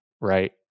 right